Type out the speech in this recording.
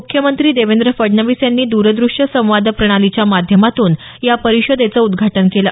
मुख्यमंत्री देवेंद्र फडणवीस यांनी द्रद्रश्य संवाद प्रणालीच्या माध्यमातून या परिषदेचं उद्घाटन केलं